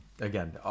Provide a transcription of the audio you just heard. Again